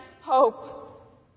hope